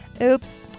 oops